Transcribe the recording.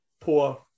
poor